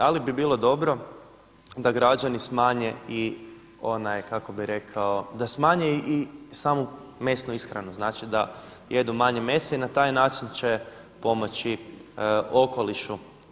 Ali bi bilo dobro da građani smanje i onaj, kako bih rekao, da smanje i samu mesnu ishranu, znači da jedu manje mesa i na taj način će pomoći okolišu.